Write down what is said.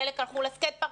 חלק הלכו לסקייטפארק.